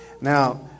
Now